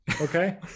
okay